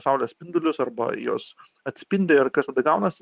saulės spindulius arba juos atspindi ir kas tada gaunas